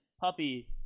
Puppy